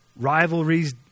rivalries